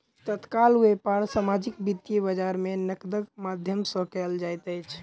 तत्काल व्यापार सामाजिक वित्तीय बजार में नकदक माध्यम सॅ कयल जाइत अछि